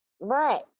Right